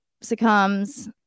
succumbs